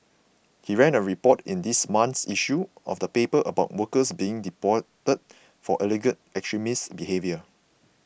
he ran a report in this month's issue of the paper about workers being deported for alleged extremist behaviour